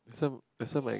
some this one might